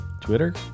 Twitter